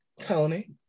Tony